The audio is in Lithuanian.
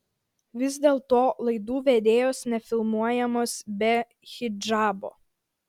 vis dėlto laidų vedėjos nefilmuojamos be hidžabo